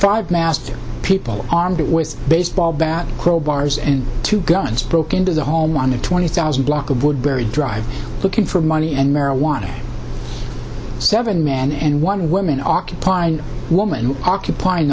private master people armed with baseball bats crowbars and two guns broke into the home on a twenty thousand block of wood berry drive looking for money and marijuana seven men and one woman occupy woman occupying